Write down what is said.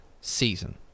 season